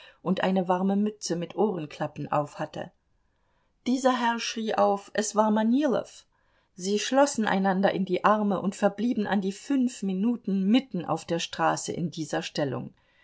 und eine warme mütze mit ohrenklappen aufhatte dieser herr schrie auf es war manilow sie schlossen einander in die arme und verblieben an die fünf minuten mitten auf der straße in dieser stellung